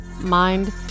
mind